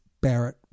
Barrett